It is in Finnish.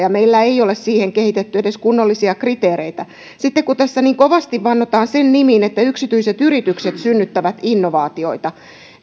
meillä ei ole siihen kehitetty edes kunnollisia kriteereitä sitten kun tässä niin kovasti vannotaan sen nimiin että yksityiset yritykset synnyttävät innovaatioita